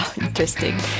Interesting